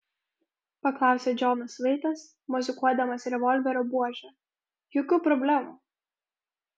paklausė džonas vaitas mosikuodamas revolverio buože jokių problemų